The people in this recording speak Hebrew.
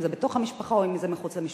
אם זה בתוך המשפחה ואם זה מחוץ למשפחה.